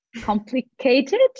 complicated